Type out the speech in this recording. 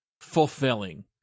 fulfilling